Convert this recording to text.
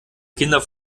kinder